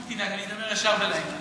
אל תדאג, אני אדבר ישר ולעניין.